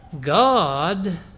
God